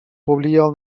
повлиял